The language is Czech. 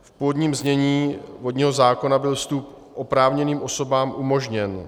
V původním znění vodního zákona byl vstup oprávněným osobám umožněn.